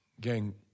Gang